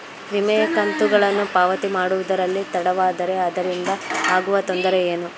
ವಿಮೆಯ ಕಂತುಗಳನ್ನು ಪಾವತಿ ಮಾಡುವುದರಲ್ಲಿ ತಡವಾದರೆ ಅದರಿಂದ ಆಗುವ ತೊಂದರೆ ಏನು?